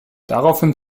daraufhin